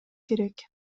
керек